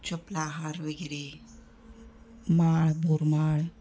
चपलाहार वगैरे माळ बोरमाळ